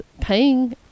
paying